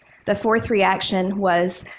the fourth reaction was,